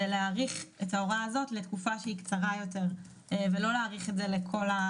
להאריך את ההוראה הזאת לתקופה קצרה יותר ולא ל-30.